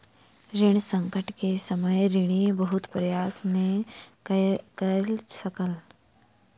ऋण संकट के समय ऋणी बहुत प्रयास नै कय सकल